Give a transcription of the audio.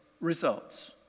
results